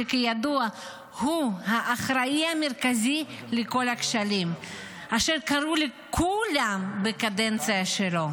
שכידוע הוא האחראי המרכזי לכל הכשלים אשר קרו כולם בקדנציה שלו,